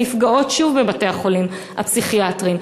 הן נפגעות שוב בבית-החולים הפסיכיאטרי.